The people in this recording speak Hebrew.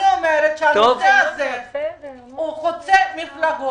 אני אומרת שהנושא הזה הוא חוצה מפלגות.